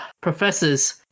professors